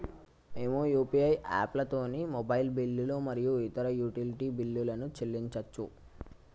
మేము యూ.పీ.ఐ యాప్లతోని మొబైల్ బిల్లులు మరియు ఇతర యుటిలిటీ బిల్లులను చెల్లించచ్చు